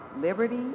liberty